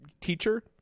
teacher